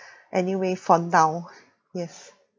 anyway for now yes